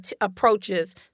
approaches